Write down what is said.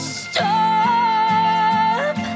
stop